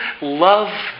love